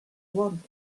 want